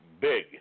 big